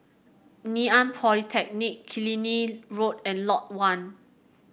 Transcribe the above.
Ngee Ann Polytechnic Killiney Road and Lot One